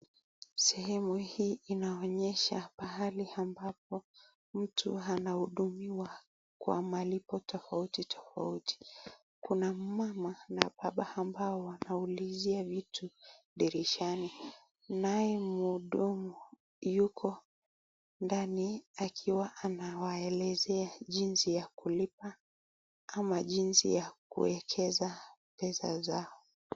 Sehemu hii inaonyesha pahali ambapo mtu anahudumiwa kwa malipo tofauti tofauti kuna mama na baba ambao wanaulizia vitu dirishani naye mhudumu yuko ndani akiwa anawaelezea jinsi ya kulipa ama jinsi ya kuekeza pesa zao.